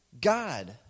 God